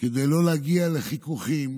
כדי לא להגיע לחיכוכים